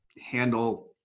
handle